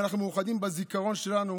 ואנחנו מאוחדים בזיכרון שלנו